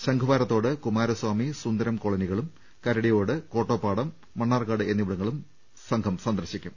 ശംഖുവാരത്തോട് കുമാരസ്വാമി സുന്ദരം കോളനികളും കരടിയോട് കോട്ടോപ്പാടം മണ്ണാർക്കാട് എന്നിവിടങ്ങളും സംഘം സന്ദർശിക്കും